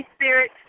Spirit